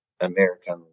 American